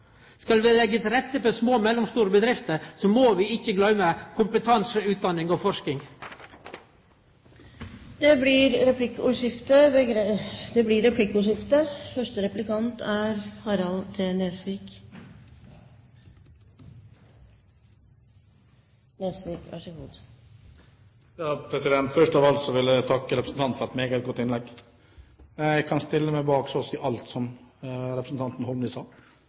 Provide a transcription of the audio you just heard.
Skal vi leggje til rette for små og mellomstore bedrifter, må vi ikkje gløyme kompetanse, utdanning og forsking. Det blir replikkordskifte. Først av alt vil jeg takke representanten for et meget godt innlegg. Jeg kan stille meg bak så å si alt som representanten Holmelid sa.